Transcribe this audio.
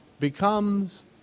Becomes